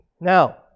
Now